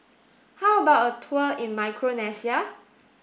how about a tour in Micronesia